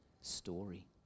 story